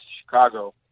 Chicago